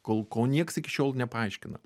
ko ko nieks iki šiol nepaaiškina